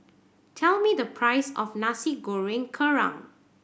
tell me the price of Nasi Goreng Kerang